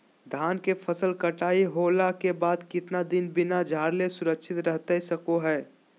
धान के फसल कटाई होला के बाद कितना दिन बिना झाड़ले सुरक्षित रहतई सको हय?